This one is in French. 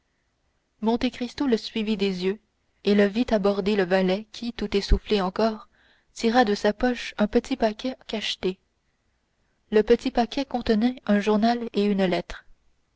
chambre monte cristo le suivit des yeux et le vit aborder le valet qui tout essoufflé encore tira de sa poche un petit paquet cacheté le petit paquet contenait un journal et une lettre